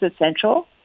essential